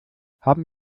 haben